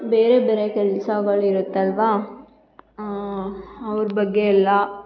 ಬೇರೆ ಬೇರೆ ಕೆಲಸಗಳಿರುತ್ತಲ್ವಾ ಅವ್ರ ಬಗ್ಗೆ ಎಲ್ಲ